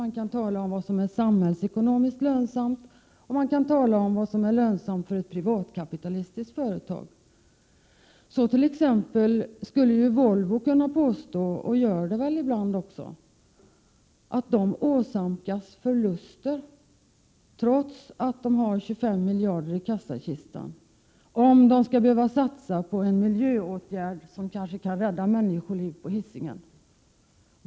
Man kan tala om vad som är samhällsekonomiskt lönsamt och vad som är lönsamt för ett privatkapitalistiskt företag. Så t.ex. skulle Volvo kunna påstå — och gör det väl också ibland — att företaget åsamkas förluster trots att det finns 25 miljarder i kassakistan, om företaget skall behöva satsa på en miljöåtgärd som kanske kan rädda människoliv på Hisingen.